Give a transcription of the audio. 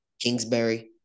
Kingsbury